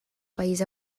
país